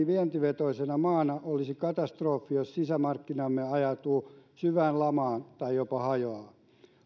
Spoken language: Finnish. vientivetoisena maana olisi katastrofi jos sisämarkkinamme ajautuu syvään lamaan tai jopa hajoaa